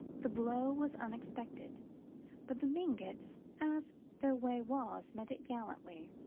the blow was unexpected but the mingotts, as their way was, met it gallantly.